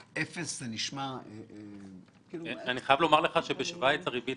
אפס זה נשמע -- אני חייב לומר לך שבשווייץ הריבית